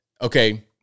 Okay